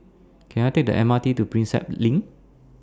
Can I Take The M R T to Prinsep LINK